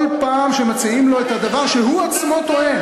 פעם שמציעים לו את הדבר שהוא עצמו טוען,